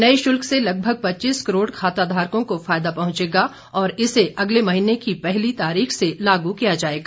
नये शुल्क से लगभग पच्चीस करोड़ खाताघारकों को फायदा पहुंचेगा और इसे अगले महीने की पहली तारीख से लागू किया जाएगा